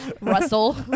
Russell